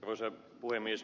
arvoisa puhemies